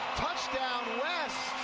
touchdown west!